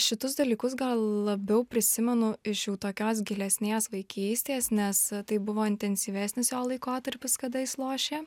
šitus dalykus gal labiau prisimenu iš tokios gilesnės vaikystės nes tai buvo intensyvesnis jo laikotarpis kada jis lošė